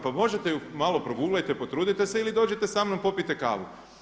Pa možete ju, malo proguglajte, potrudite se ili dođite sa mnom popite kavu.